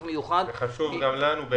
זה חשוב גם לנו.